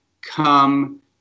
come